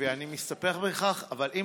ואני מסתפק בכך, אבל אם